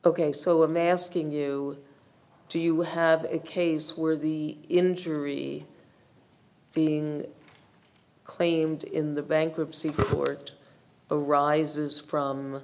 ok so i'm asking you do you have a case where the injury being claimed in the bankruptcy court arises from